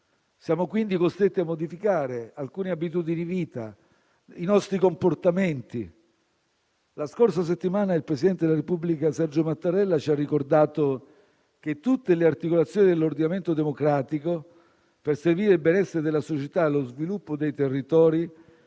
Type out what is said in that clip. Siamo quindi costretti a modificare alcune abitudini di vita e i nostri comportamenti. La scorsa settimana il presidente della Repubblica Sergio Mattarella ci ha ricordato che tutte le articolazioni dell'ordinamento democratico, per perseguire il benessere della società e lo sviluppo dei territori,